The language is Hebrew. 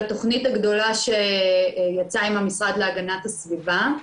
של התוכנית הגדולה שיצאה עם המשרד להגנת הסביבה.